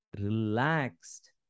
relaxed